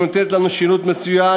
שנותנת לנו שירות מצוין,